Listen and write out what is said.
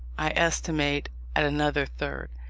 i estimate at another third,